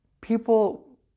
people